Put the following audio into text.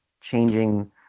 changing